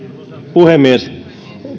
puhemies